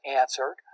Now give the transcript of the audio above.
answered